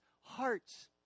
hearts